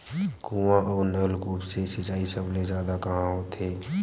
कुआं अउ नलकूप से सिंचाई सबले जादा कहां होथे?